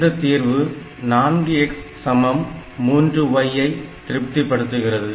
இந்த தீர்வு 4x சமம் 3y ஐ திருப்திபடுத்துகிறது